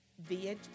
via